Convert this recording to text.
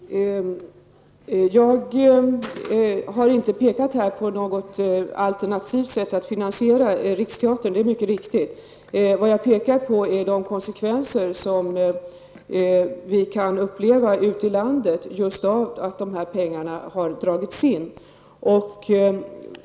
Herr talman! Jag har inte pekat på något alternativt sätt att finansiera Riksteatern. Det är mycket riktigt. Vad jag pekar på är de konsekvenser som man kan uppleva ute i landet på grund av att dessa pengar har dragits in.